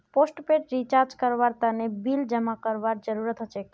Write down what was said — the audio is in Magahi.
पोस्टपेड रिचार्ज करवार तने बिल जमा करवार जरूरत हछेक